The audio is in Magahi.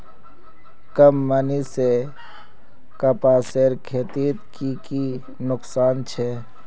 कम नमी से कपासेर खेतीत की की नुकसान छे?